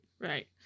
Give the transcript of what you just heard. Right